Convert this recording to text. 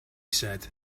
said